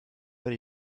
that